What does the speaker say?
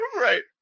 Right